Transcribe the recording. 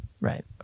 right